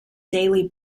daily